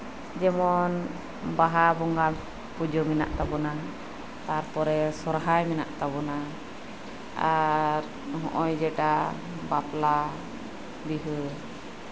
ᱡᱮᱢᱚᱱ ᱵᱟᱦᱟ ᱵᱚᱸᱜᱟ ᱯᱩᱡᱟᱹ ᱢᱮᱱᱟᱜ ᱛᱟᱵᱳᱱᱟ ᱛᱟᱨᱯᱚᱨᱮ ᱥᱚᱨᱦᱟᱭ ᱢᱮᱱᱟᱜ ᱛᱟᱵᱳᱱᱟ ᱱᱚᱜ ᱚᱭ ᱡᱮᱴᱟ ᱵᱟᱯᱞᱟ ᱵᱤᱦᱟᱹ